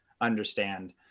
understand